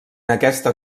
aquesta